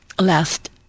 last